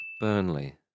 Burnley